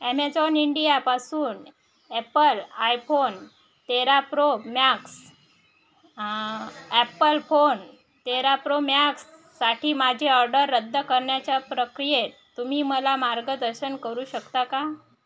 Amazon इंडियापासून Apple iPhone तेरा Pro Max Apple phone तेरा प्रो म्याक्ससाठी माझे ऑर्डर रद्द करण्याच्या प्रक्रियेत तुम्ही मला मार्गदर्शन करू शकता का